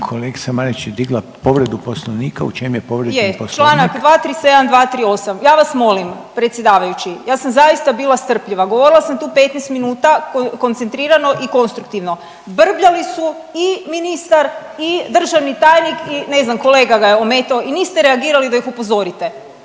kolegica Marić je digla povredu poslovnika, u čem je povrijeđen poslovnik?/…